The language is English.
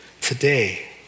today